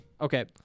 Okay